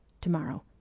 Tomorrow